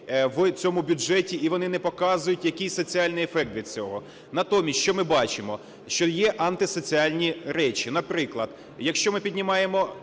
в цьому бюджеті і вони не показують, який соціальний ефект від цього. Натомість що ми бачимо – що є антисоціальні речі. Наприклад, якщо ми піднімаємо